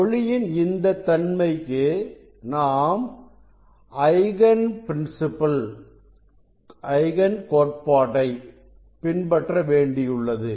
ஒளியின் இந்த தன்மைக்கு நாம் ஐகன் கோட்பாடை பின்பற்ற வேண்டியுள்ளது